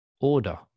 order